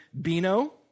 Bino